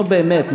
נו, באמת.